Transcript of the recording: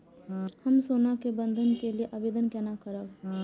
हम सोना के बंधन के लियै आवेदन केना करब?